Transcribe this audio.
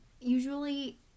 usually